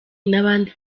nabandi